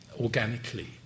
organically